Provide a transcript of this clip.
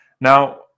Now